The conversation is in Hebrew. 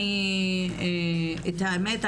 את האמת,